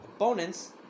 opponents